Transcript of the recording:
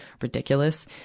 ridiculous